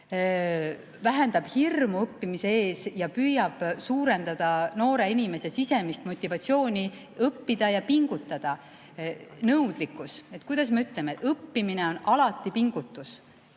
vähendab hirmu õppimise ees ja püüab suurendada noore inimese sisemist motivatsiooni õppida ja pingutada. Nõudlikkus – kuidas me ütleme, õppimine on alati pingutus.